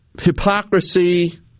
hypocrisy